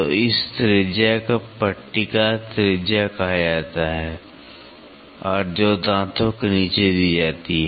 तो इस त्रिज्या को पट्टिका त्रिज्या कहा जाता है जो दांतों के नीचे दी जाती है